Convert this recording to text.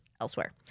elsewhere